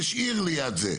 יש עיר ליד זה,